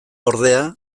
ordea